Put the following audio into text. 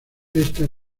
ésta